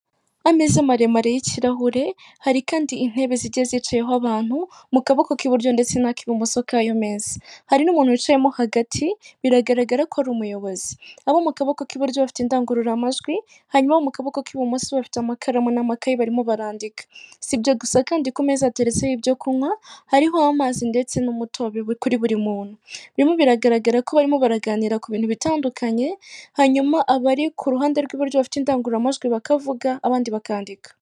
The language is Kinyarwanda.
Ameza maremare y'ikirahure hari kandi intebe zigeze zicayeho abantu mu kaboko iburyo ndetse ntakibumoso kayo ku meza hari n'umuntu wicayemo hagati biragaragara ko ari umuyobozi, abari mu kaboko k'iburyo bafite indangururamajwi hanyuma mukaboko k'ibumoso bafite amakaramu n'amakaye barimo barandika sibyo ese ibyo gusa kandi, ku meza hateretseho ibyo kunywa hariho amazi ndetse n'umutobe kuri buri muntu birimo biragaragara ko barimo baraganira ku bintu bitandukanye, hanyuma abari ku ruhande rw'iburyo bafite indangururamajwi bakavuga abandi bakandika.